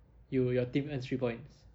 you your team earns three points